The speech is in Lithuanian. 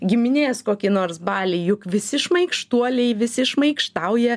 giminės kokie nors baliai juk visi šmaikštuoliai visi šmaikštauja